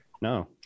no